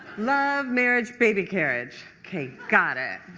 love, marriage, baby carriage. ok, got it!